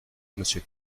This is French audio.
monsieur